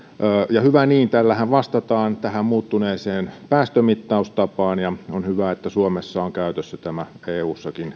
ja hyvä niin tällähän vastataan tähän muuttuneeseen päästömittaustapaan ja on hyvä että suomessa on käytössä tämä eussakin